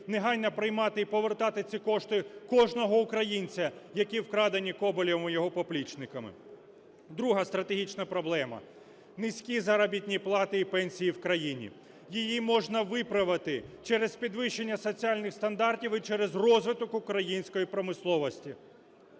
негайно приймати і повертати ці кошти кожного українця, які вкраденіКоболєвим і його поплічниками. Друга стратегічна проблема – низькі заробітні плати і пенсії в країні. Її можна виправити через підвищення соціальних стандартів і через розвиток української промисловості.